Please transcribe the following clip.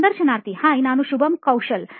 ಸಂದರ್ಶನಾರ್ಥಿ ಹಾಯ್ ನಾನು ಶುಭಂ ಕೌಶಲ್